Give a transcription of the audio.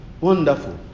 Wonderful